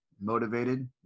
motivated